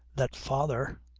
that father.